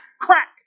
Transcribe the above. Crack